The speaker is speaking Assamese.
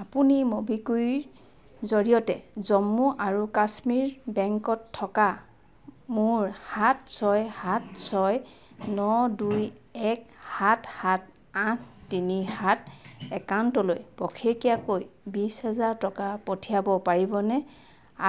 আপুনি ম'বিকুইক জৰিয়তে জম্মু আৰু কাশ্মীৰ বেংকত থকা মোৰ সাত ছয় সাত ছয় ন দুই এক সাত সাত আঠ তিনি সাত একাউণ্টলৈ পষেকীয়াকৈ বিছ হাজাৰ টকা পঠিয়াব পাৰিবনে